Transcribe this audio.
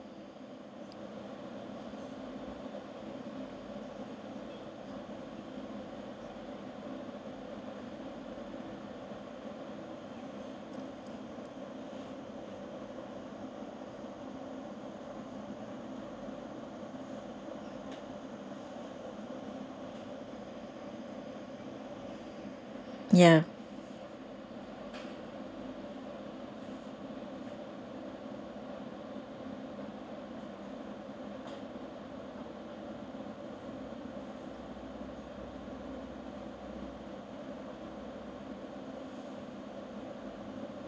ya